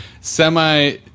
semi